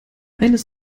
eines